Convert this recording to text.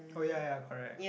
oh ya ya correct